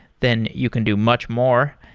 then you can do much more.